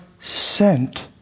sent